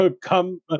come